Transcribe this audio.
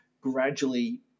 gradually